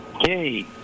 Hey